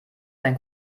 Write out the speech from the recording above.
sein